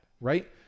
Right